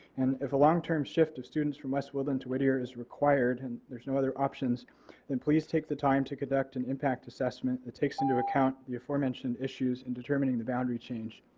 and if a long-term shift of students from west woodland to whittier is required and there is no other options then please take the time to conduct an impact assessment that takes into account the aforementioned issues in determining the boundary change.